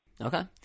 Okay